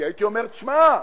כי הייתי אומר: תשמע,